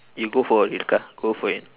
you go for it ka go for it